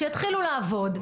שיתחילו לעבוד,